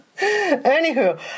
Anywho